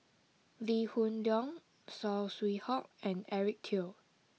Lee Hoon Leong Saw Swee Hock and Eric Teo